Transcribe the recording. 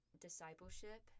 discipleship